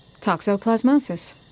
Toxoplasmosis